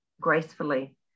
gracefully